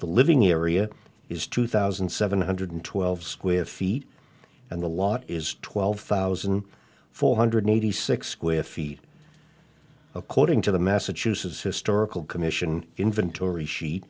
the living area is two thousand seven hundred twelve square feet and the lot is twelve thousand four hundred eighty six square feet according to the massachusetts historical commission inventory sheet